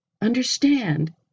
understand